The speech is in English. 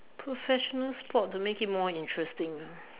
professional sport to make it more interesting ah